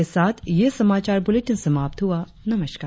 इसी के साथ यह समाचार बुलेटिन समाप्त हुआ नमस्कार